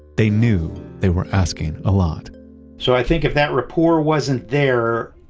they knew they were asking a lot so i think if that rapport wasn't there,